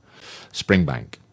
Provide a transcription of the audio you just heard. Springbank